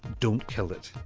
don't kill it.